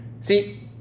See